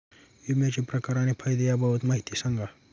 विम्याचे प्रकार आणि फायदे याबाबत माहिती सांगा